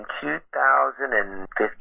2015